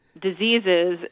diseases